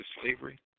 slavery